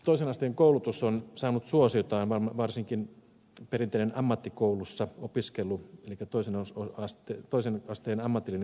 toisen asteen koulutus on saanut suosiota varsinkin perinteinen ammattikoulussa opiskelu elikkä toisen asteen ammatillinen koulutus